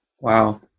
Wow